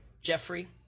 Jeffrey